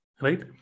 Right